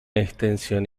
extensión